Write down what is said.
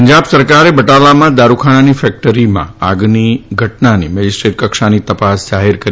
પંજાબ સરકારે બટાલામાં દારૂખાનાની કેક્ટરીમાં આગની ઘટનાની મેજીસ્ટ્રેટકક્ષાની તપાસ જાહેર કરી